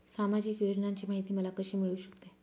सामाजिक योजनांची माहिती मला कशी मिळू शकते?